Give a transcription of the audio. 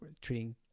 treating